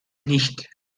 nicht